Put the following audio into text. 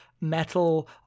metal